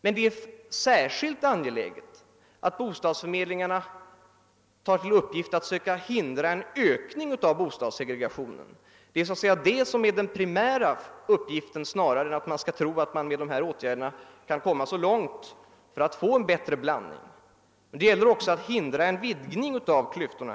Men det är särskilt angeläget att bostadsförmedlingarna tar till uppgift att söka hindra en ökning av bostadssegregationen — det är den primära uppgiften. Ingen bör tro att det är möjligt att åstadkomma större blandning med dessa åtgärder. Det gäller alltså att hindra en vidgning av klyftorna.